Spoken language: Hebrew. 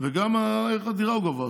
וגם ערך הדירה הוא גבוה.